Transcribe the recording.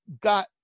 got